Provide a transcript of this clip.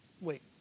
Wait